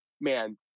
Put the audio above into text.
man